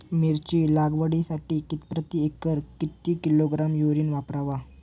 मिरची लागवडीसाठी प्रति एकर किती किलोग्रॅम युरिया वापरावा?